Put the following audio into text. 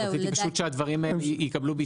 רציתי שהדברים יקבלו ביטוי בפרוטוקול.